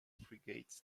frigates